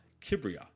Kibria